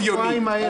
תגישו תקציב יומי.